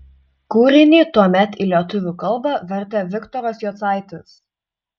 kūrinį tuomet į lietuvių kalbą vertė viktoras jocaitis